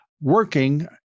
working